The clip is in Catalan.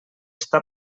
està